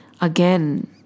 again